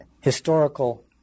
historical